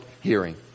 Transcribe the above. hearing